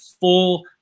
full